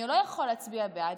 אני לא יכול להצביע בעד,